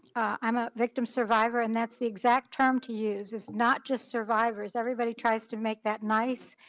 i'm a victim survivor. and that's the exact term to use is not just survivors, everybody tries to make that nice.